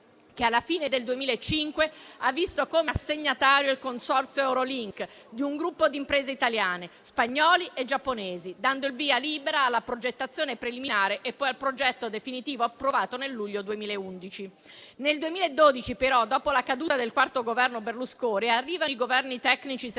che, alla fine del 2005, ha visto come assegnatario il consorzio Eurolink - un gruppo di imprese italiane, spagnole e giapponesi - dando il via libera alla progettazione preliminare e poi al progetto definitivo, approvato nel luglio 2011. Nel 2012, però, dopo la caduta del quarto Governo Berlusconi, arrivano i Governi tecnici senza